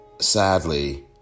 sadly